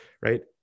right